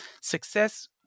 success